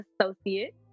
Associate